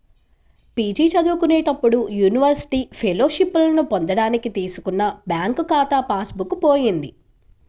PG చదువుకునేటప్పుడు university ఫెలోషిప్పులను పొందడానికి తీసుకున్న బ్యాంకు ఖాతా పాస్ బుక్ పోయింది